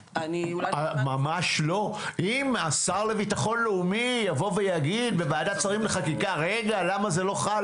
מבקשים כעת לקבוע לגביהם כלי נוסף,